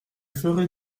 ferai